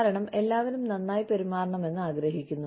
കാരണം എല്ലാവരും നന്നായി പെരുമാറണമെന്ന് ആഗ്രഹിക്കുന്നു